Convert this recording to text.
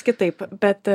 kitaip bet